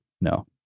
No